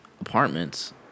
apartments